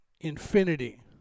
infinity